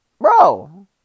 bro